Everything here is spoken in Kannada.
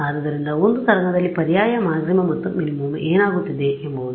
ಆದ್ದರಿಂದ ಒಂದು ತರಂಗದಲ್ಲಿ ಪರ್ಯಾಯ ಮ್ಯಾಕ್ಸಿಮಾ ಮತ್ತು ಮಿನಿಮಾ ಏನಾಗುತ್ತಿದೆ ಎಂಬುದು